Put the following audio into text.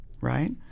right